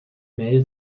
mel